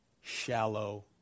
shallow